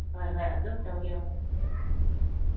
ꯍꯣꯏ ꯍꯣꯏ ꯑꯗꯨꯝ ꯇꯧꯒꯦ ꯍꯣꯏ